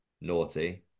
Naughty